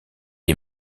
est